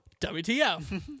WTF